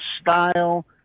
style